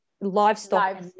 livestock